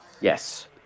Yes